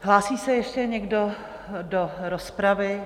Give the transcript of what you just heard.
Hlásí se ještě někdo do rozpravy?